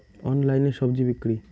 অনলাইনে স্বজি বিক্রি?